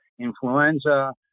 influenza